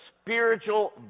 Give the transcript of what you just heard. spiritual